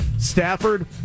Stafford